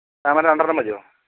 താമര രണ്ടെണ്ണം മതിയോ